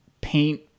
paint